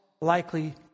likely